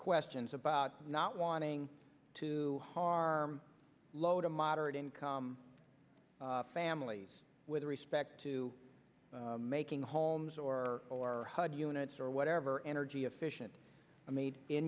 questions about not wanting to harm low to moderate income families with respect to making homes or or hud units or whatever energy efficient i made in